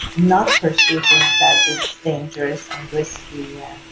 not pursue things that is dangerous and risky and